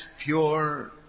Pure